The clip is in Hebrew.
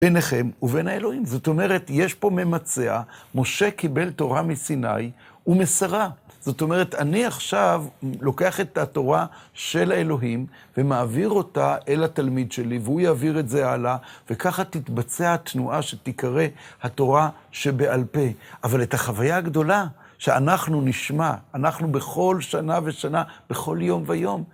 ביניכם ובין האלוהים, זאת אומרת, יש פה ממצע, משה קיבל תורה מסיני ומסרה. זאת אומרת, אני עכשיו לוקח את התורה של האלוהים, ומעביר אותה אל התלמיד שלי, והוא יעביר את זה הלאה, וככה תתבצע התנועה שתיקרא התורה שבעל פה. אבל את החוויה הגדולה שאנחנו נשמע, אנחנו בכל שנה ושנה, בכל יום ויום.